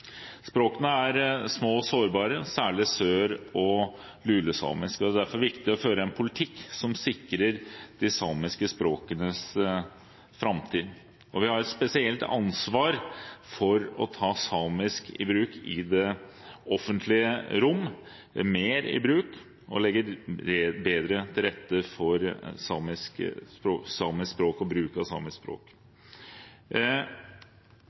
Språkene er små og sårbare, særlig sør- og lulesamisk, og det er derfor viktig å føre en politikk som sikrer de samiske språkenes framtid. Vi har et spesielt ansvar for å ta samisk i bruk i det offentlige rom – mer i bruk – og legge bedre til rette for samisk språk og bruk av samisk språk.